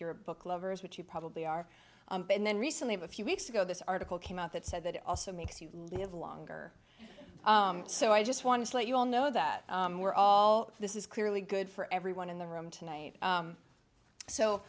you're a book lovers which you probably are and then recently of a few weeks ago this article came out that said that it also makes you live longer so i just want to let you all know that we're all this is clearly good for everyone in the room tonight